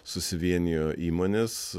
susivienijo įmonės